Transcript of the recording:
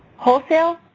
wholesale,